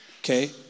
Okay